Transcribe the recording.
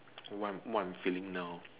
what what I'm feeling now